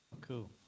cool